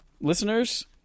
listeners